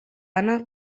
anna